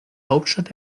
hauptstadt